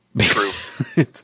True